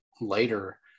later